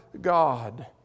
God